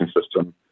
system